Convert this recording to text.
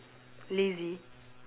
lazy